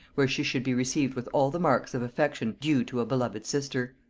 where she should be received with all the marks of affection due to a beloved sister.